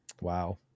Wow